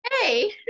Hey